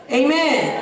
amen